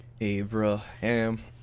Abraham